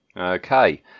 Okay